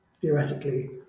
theoretically